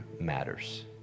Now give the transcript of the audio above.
matters